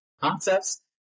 concepts